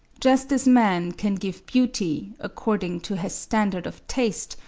just as man can give beauty, according to his standard of taste,